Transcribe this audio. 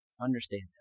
Understand